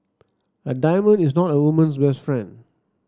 a diamond is not a woman's best friend